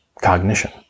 cognition